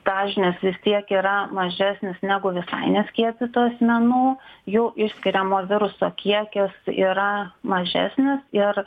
dažnis vis tiek yra mažesnis negu visai neskiepytų asmenų jau išskiriamo viruso kiekis yra mažesnis ir